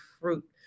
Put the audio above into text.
fruit